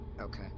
Okay